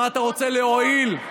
במה אתה רוצה להועיל,